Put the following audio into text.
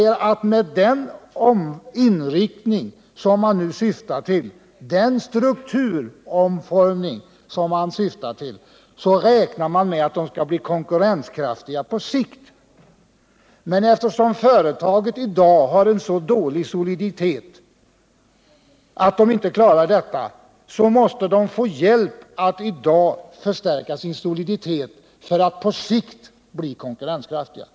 Efter den strukturomformning som man nu syftar till räknar man med att koncernen skall bli konkurrenskraftig på sikt. Men eftersom företaget i dag har så dålig soliditet att det inte klarar detta, måste det få hjälp att stärka sin soliditet för att på sikt bli konkurrenskraftigt.